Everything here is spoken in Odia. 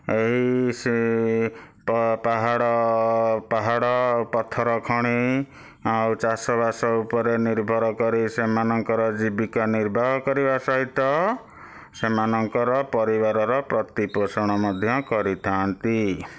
ଏଇ ସେ ପାହାଡ଼ ପାହାଡ଼ ପଥର ଖଣି ଆଉ ଚାଷବାସ ଉପରେ ନିର୍ଭର କରି ସେମାନଙ୍କର ଜୀବିକା ନିର୍ବାହ କରିବା ସହିତ ସେମାନଙ୍କର ପରିବାରର ପ୍ରତିପୋଷଣ ମଧ୍ୟ କରିଥାଆନ୍ତି